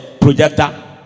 projector